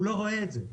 הוא לא רואה את זה.